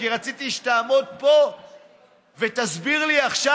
כי רציתי שהיא תעמוד פה ותסביר לי עכשיו